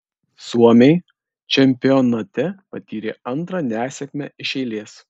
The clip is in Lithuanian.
suomiai čempionate patyrė antrą nesėkmę iš eilės